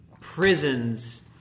prisons